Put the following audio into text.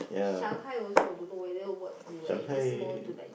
Shanghai I also I don't know whether what to wear it's just more to like